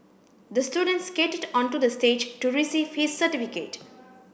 the student skated onto the stage to receive his certificate